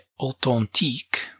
Authentique